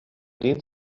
den